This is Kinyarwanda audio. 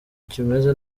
kimeze